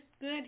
good